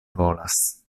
volas